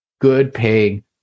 good-paying